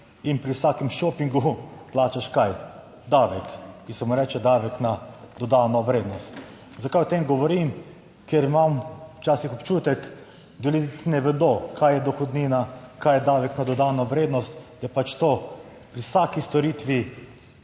in pri vsakem šopingu plačaš kaj? Davek, ki se mu reče davek na dodano vrednost. Zakaj o tem govorim? Ker imam včasih občutek, da ljudje ne vedo kaj je dohodnina, kaj je davek na dodano vrednost, da je pač to pri vsaki storitvi